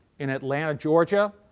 in atlanta, georgia,